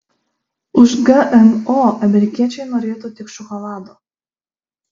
už gmo amerikiečiai norėtų tik šokolado